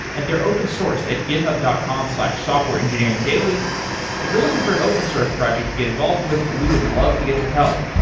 and they're open sourced at github dot com slash softwareengineeringdaily. if you're looking for an open source project to get involved with, we would love to get your help.